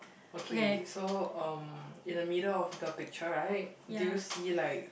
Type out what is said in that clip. okay so um in the middle of the picture right do you see like